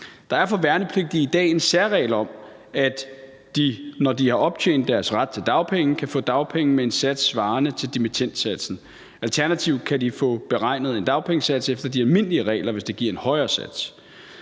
Der er for værnepligtige i dag en særregel om, at de, når de har optjent deres ret til dagpenge, kan få dagpenge med en sats svarende til dimittendsatsen, og alternativt kan de få beregnet en dagpengesats efter de almindelige regler, hvis det giver en højere sats.